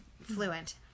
fluent